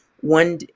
One